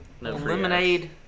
lemonade